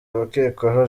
abakekwaho